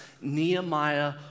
Nehemiah